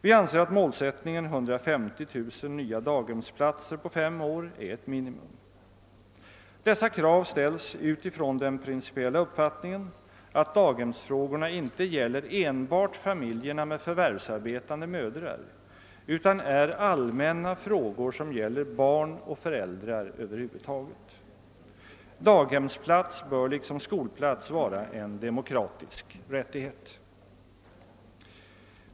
Vi anser att målsättningen 150 000 nya daghemsplatser på fem år är ett minimum. Dessa krav ställs utifrån den principiella uppfattningen att daghemsfrågorna inte gäller enbart familjer med förvärvsarbetande mödrar utan är allmänna frågor som gäller barn och föräldrar över huvud taget. Daghemsplats bör liksom skolplats vara en demokratisk rättighet.